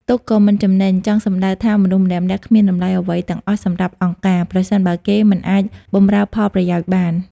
«ទុកក៏មិនចំណេញ» ចង់សម្តៅថា មនុស្សម្នាក់ៗគ្មានតម្លៃអ្វីទាំងអស់សម្រាប់អង្គការ ប្រសិនបើគេមិនអាចបម្រើផលប្រយោជន៍បាន។